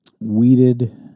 weeded